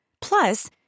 Plus